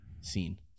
scene